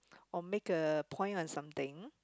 or make a point on something